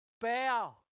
bow